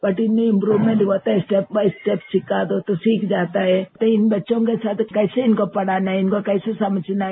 but इनमें improvement होता है स्टेप बाई स्टेप सिखा दो तो सीख जाता है तो इन बच्चों के साथ कैसे इनको पढ़ाना है इनको कैसे समझना है